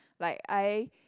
like I